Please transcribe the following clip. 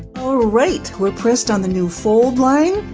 all right! we're pressed on the new fold line,